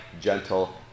gentle